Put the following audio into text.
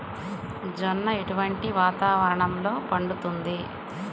జొన్న ఎటువంటి వాతావరణంలో పండుతుంది?